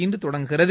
இன்று தொடங்குகிறது